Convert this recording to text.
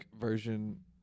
version